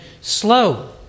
slow